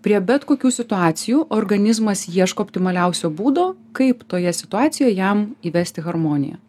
prie bet kokių situacijų organizmas ieško optimaliausio būdo kaip toje situacijoje jam įvesti harmoniją